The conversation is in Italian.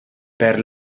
per